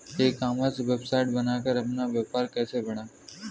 ई commerce website बनाकर अपना व्यापार कैसे बढ़ाएँ?